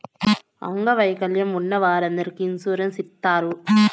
అంగవైకల్యం ఉన్న వారందరికీ ఇన్సూరెన్స్ ఇత్తారు